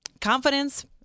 Confidence